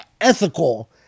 ethical